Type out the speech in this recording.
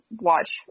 watch